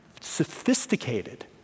sophisticated